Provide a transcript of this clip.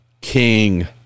king